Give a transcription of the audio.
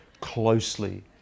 closely